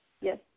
Yes